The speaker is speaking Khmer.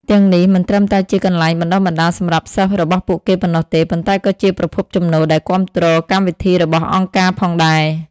ទាំងនេះមិនត្រឹមតែជាកន្លែងបណ្តុះបណ្តាលសម្រាប់សិស្សរបស់ពួកគេប៉ុណ្ណោះទេ ប៉ុន្តែក៏ជាប្រភពចំណូលដែលគាំទ្រកម្មវិធីរបស់អង្គការផងដែរ ។